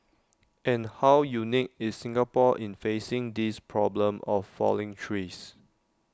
and how unique is Singapore in facing this problem of falling trees